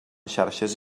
xarxes